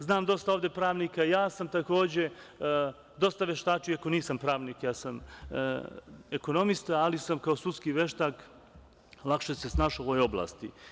Znam dosta ovde pravnika, ja sam, takođe, dosta veštačio, iako nisam pravnik, ja sam ekonomista, ali sam kao sudski veštak lakše se snašao u ovoj oblasti.